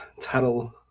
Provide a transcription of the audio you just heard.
title